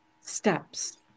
steps